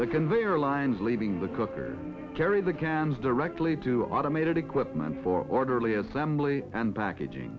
the conveyor lines leaving the cooker carry the cans directly to automated equipment for orderly assembly and packaging